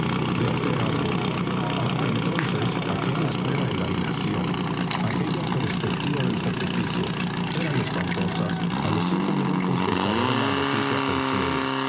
de hacer algo hasta entonces aquella espera en la inacción aquella perspectiva del sacrificio eran espantosas a los cinco minutos de saber la noticia